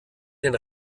den